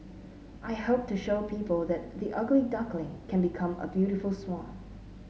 I hope to show people that the ugly duckling can become a beautiful swan